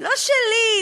לא שלי,